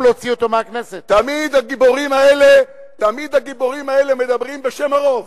תמיד הגיבורים האלה מדברים בשם הרוב.